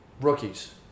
Rookies